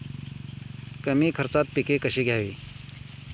कमी खर्चात पिके कशी घ्यावी?